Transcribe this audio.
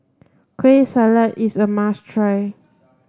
Kueh Salat is a must try